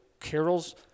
carols